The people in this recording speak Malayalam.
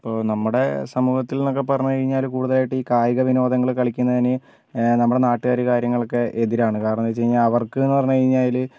ഇപ്പോൾ നമ്മുടെ സമൂഹത്തിൽ എന്ന് ഒക്കെ പറഞ്ഞാൽ കൂടുതലായിട്ട് ഈ കായിക വിനോദങ്ങൾ കളിക്കുന്നതിന് നമ്മുടെ നാട്ടുകാര് കാര്യങ്ങൾ ഒക്കെ എതിരാണ് കാരണം എന്ന് വെച്ച് കഴിഞ്ഞാൽ അവർക്ക് എന്ന് പറഞ്ഞ് കഴിഞ്ഞാല്